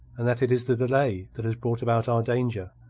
and that it is the delay that has brought about our danger.